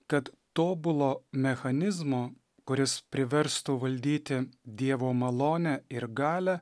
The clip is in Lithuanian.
kad tobulo mechanizmo kuris priverstų valdyti dievo malonę ir galią